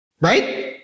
Right